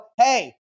hey